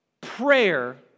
Prayer